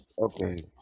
okay